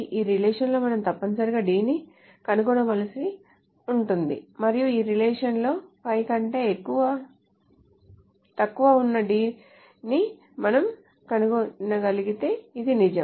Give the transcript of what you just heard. ఈ రిలేషన్ లో మనం తప్పనిసరిగా D ని కనుగొనవలసి ఉంటుంది మరియు ఈ రిలేషన్ లో 5 కంటే తక్కువగా ఉన్న D ని మనం కనుగొనగలిగితే ఇది నిజం